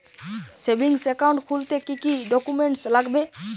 Savings account খুলতে কি কি ডকুমেন্টস লাগবে?